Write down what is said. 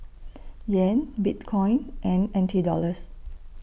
Yen Bitcoin and N T Dollars